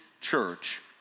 church